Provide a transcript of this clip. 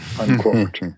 unquote